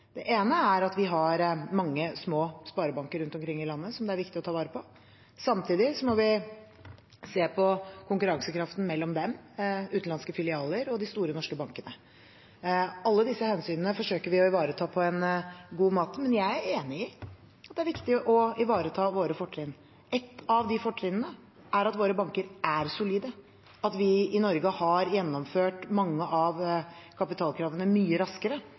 Det ene er at vi har mange små sparebanker rundt omkring i landet som det er viktig å ta vare på. Samtidig må vi se på konkurransekraften mellom dem, utenlandske filialer og de store norske bankene. Alle disse hensynene forsøker vi å ivareta på en god måte, men jeg er enig i at det er viktig å ivareta våre fortrinn. Et av de fortrinnene er at våre banker er solide, at vi i Norge har gjennomført mange av kapitalkravene mye raskere